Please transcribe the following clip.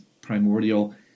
primordial